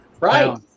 Right